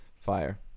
fire